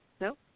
No